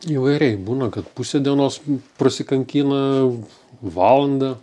įvairiai būna kad pusė dienos prasikankina valandą